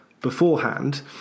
beforehand